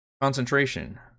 concentration